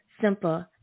simple